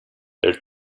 their